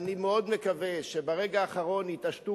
אני מאוד מקווה שברגע האחרון יתעשתו